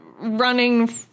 running